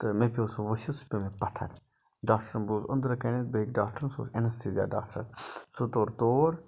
تہٕ مےٚ پیٚو سُہ ؤستھ سُہ پیٚو مےٚ پَتھَر داکٹرن بوٗز انٛدرٕ کَنیٚتھ بیٚک ڈاکٹرن سُہ اوس ایٚنستھیٖزیا ڈاکٹر سُہ توٚر تور